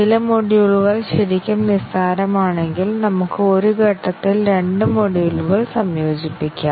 ചില മൊഡ്യൂളുകൾ ശരിക്കും നിസ്സാരമാണെങ്കിൽ നമുക്ക് ഒരു ഘട്ടത്തിൽ രണ്ട് മൊഡ്യൂളുകൾ സംയോജിപ്പിക്കാം